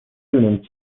دونین